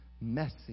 messy